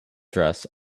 dress